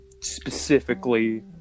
specifically